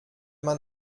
man